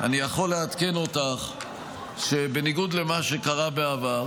אני יכול לעדכן אותך שבניגוד למה שקרה בעבר